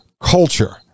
culture